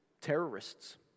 terrorists